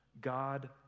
God